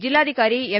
ಜಿಲ್ಲಾಧಿಕಾರಿ ಎಂ